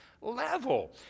level